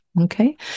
Okay